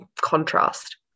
contrast